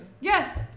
yes